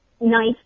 nice